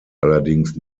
allerdings